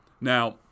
Now